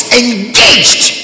engaged